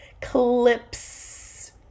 Clips